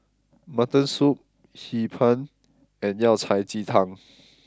Mutton Soup Hee Pan and Yao Cai Ji Tang